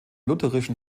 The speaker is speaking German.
lutherischen